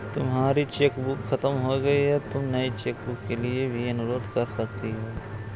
तुम्हारी चेकबुक खत्म हो गई तो तुम नई चेकबुक के लिए भी अनुरोध कर सकती हो